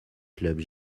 clubs